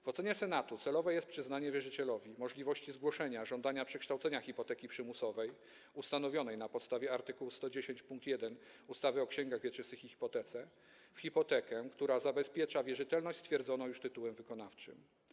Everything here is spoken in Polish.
W ocenie Senatu celowe jest przyznanie wierzycielowi możliwości zgłoszenia żądania przekształcenia hipoteki przymusowej, ustanowionej na podstawie art. 110 pkt 1 ustawy o księgach wieczystych i hipotece, w hipotekę, która zabezpiecza wierzytelność stwierdzoną już tytułem wykonawczym.